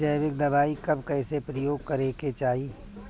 जैविक दवाई कब कैसे प्रयोग करे के चाही?